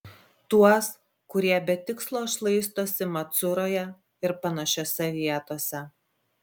tuos kurie be tikslo šlaistosi macuroje ir panašiose vietose